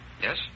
Yes